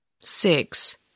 Six